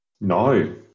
No